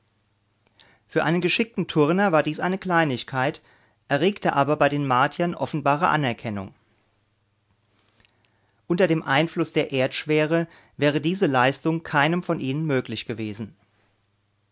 für einen geschickten turner war dies eine kleinigkeit erregte aber bei den martiern offenbare anerkennung unter dem einfluß der erdschwere wäre diese leistung keinem von ihnen möglich gewesen